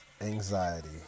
anxiety